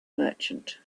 merchant